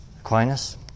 Aquinas